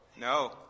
no